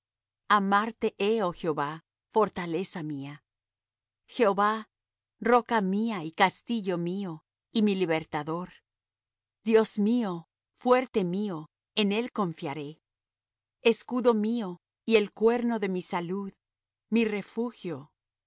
amarte he oh jehová fortaleza mía jehová roca mía y castillo mío y mi libertador dios mío fuerte mío en él confiaré escudo mío y el cuerno de mi salud mi refugio